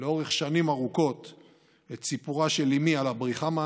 לאורך שנים ארוכות את סיפורה של אימי על הבריחה מהנאצים,